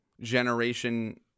generation